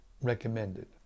recommended